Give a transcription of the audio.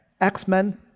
X-Men